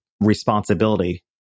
responsibility